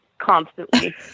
constantly